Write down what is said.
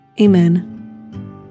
Amen